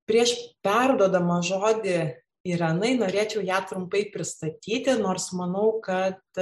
prieš perduodamas žodį irenai norėčiau ją trumpai pristatyti nors manau kad